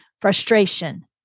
Frustration